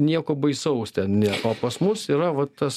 nieko baisaus ten nė o pas mus yra va tas